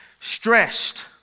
Stressed